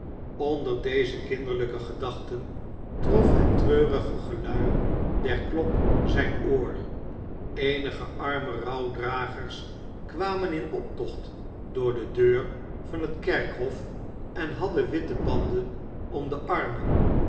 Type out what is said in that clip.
onder deze kinderlijke gedachten trof het treurige gelui der klok zijn oor eenige arme rouwdragers kwamen in optocht door de deur van het kerkhof en hadden witte banden om de armen